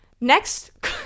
Next